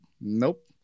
Nope